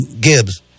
Gibbs